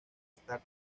star